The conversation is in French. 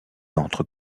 entre